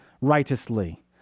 righteously